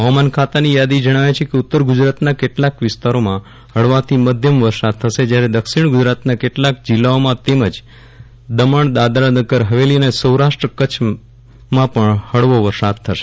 હવામાન ખાતાની આગાહી જજ્ઞાવે છે કે ઉત્તર ગુજરાતના કેટલાંક વિસ્તારોમાં હળવાથી મધ્યમ્ વરસાદ થશે જ્યારે દક્ષિણ ગુજરાતના કેટલાંક જિલ્લાઓમાં તેમજ દમણ દાદરાનગર હવેલી અને સૌરાષ્ટ્ર કચ્છ દીવમાં પણ હળવો વરસાદ થશ